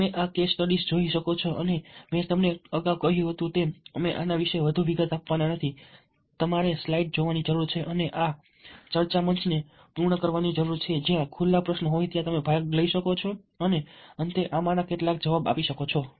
તમે આ case studies જોઈ શકો છો અને મેં તમને અગાઉ કહ્યું હતું તેમ અમે આના વિશે વધુ વિગત આપવાના નથી તમારે સ્લાઇડ્સ જોવાની જરૂર છે અને આ અને ચર્ચા મંચને પૂર્ણ કરવાની જરૂર છે જ્યાં ખુલ્લા પ્રશ્નો હોય ત્યાં તમે ભાગ લઈ શકો છો અને આમાંના કેટલાક ના જવાબ આપી શકો છો